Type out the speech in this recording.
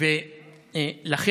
לא, לא, התוספת, התוספת.